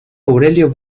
aurelio